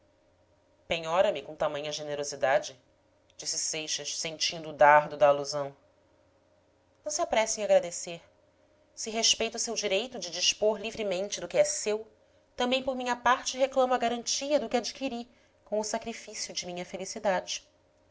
o respeito penhora me com tamanha generosidade disse seixas sentindo o dardo da alusão não se apresse em agradecer se respeito o seu direito de dispor livremente do que é seu também por minha parte reclamo a garantia do que adquiri com o sacrifício de minha felicidade